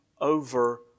over